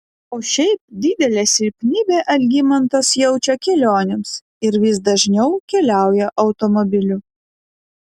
o šiaip didelę silpnybę algimantas jaučia kelionėms ir vis dažniau keliauja automobiliu